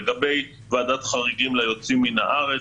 לגבי ועדת חריגים ליוצאים מן הארץ,